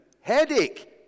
Headache